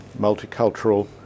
multicultural